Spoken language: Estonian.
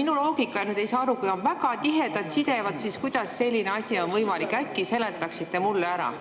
Minu loogika nüüd ei saa aru: kui on väga tihedad sidemed, kuidas selline asi on võimalik. Äkki seletaksite mulle ära?